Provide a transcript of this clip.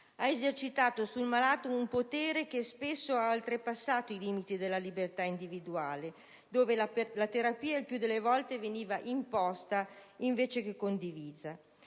ha esercitato sul malato un potere che spesso ha oltrepassato i limiti della libertà individuale, poiché la terapia il più delle volte veniva imposta invece che condivisa.